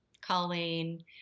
Colleen